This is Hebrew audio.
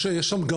משה, יש שם גם